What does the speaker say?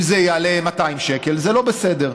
אם זה יעלה 200 שקל, זה לא בסדר.